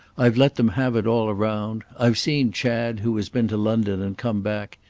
i've let them have it all round. i've seen chad, who has been to london and come back.